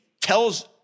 tells